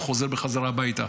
הוא חוזר בחזרה הביתה.